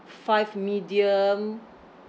five medium